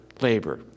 labor